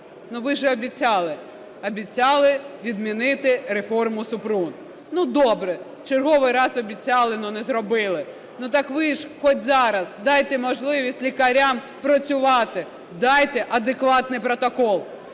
Ну, ви ж обіцяли, обіцяли відмінити реформу Супрун. Ну добре, в черговий раз обіцяли, але не зробили, ну, так ви ж хоть зараз дайте можливість лікарям працювати, дайте адекватний протокол.